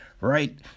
right